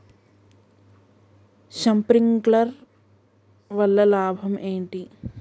Sprinkler వల్ల లాభం ఏంటి?